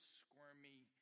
squirmy